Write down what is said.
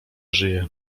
żyje